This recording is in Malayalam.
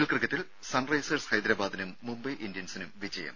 എൽ ക്രിക്കറ്റിൽ സൺ റൈസേഴ്സ് ഹൈദരബാദിനും മുംബൈ ഇന്ത്യൻസിനും വിജയം